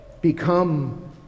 become